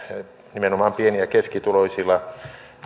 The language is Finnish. nimenomaan pieni ja keskituloisilla